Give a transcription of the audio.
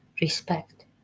respect